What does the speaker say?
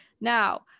Now